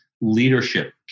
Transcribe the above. leadership